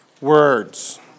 words